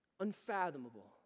unfathomable